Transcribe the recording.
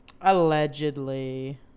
allegedly